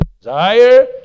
desire